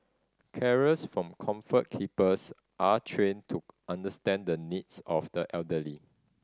carers from Comfort Keepers are trained to understand the needs of the elderly